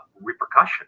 repercussions